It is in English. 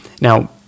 Now